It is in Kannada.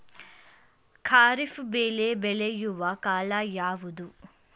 ಖಾರಿಫ್ ಬೆಳೆ ಬೆಳೆಯುವ ಕಾಲ ಯಾವುದು?